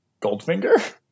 Goldfinger